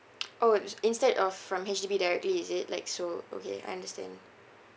orh s~ instead of from H_D_B directly is it like so okay I understand